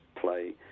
play